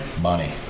money